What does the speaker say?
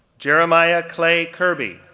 jeremiah clay kirby,